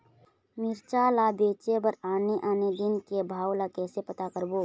मिरचा ला बेचे बर आने आने दिन के भाव ला कइसे पता करबो?